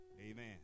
amen